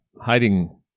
hiding